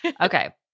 Okay